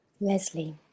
Leslie